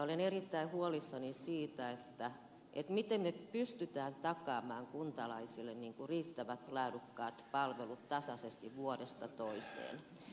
olen erittäin huolissani siitä miten me pystymme takaamaan kuntalaisille riittävät laadukkaat palvelut tasaisesti vuodesta toiseen